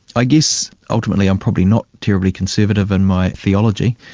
i guess ultimately i'm probably not terribly conservative in my theology.